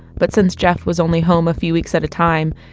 but since jeff was only home a few weeks at a time,